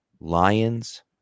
Lions